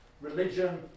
religion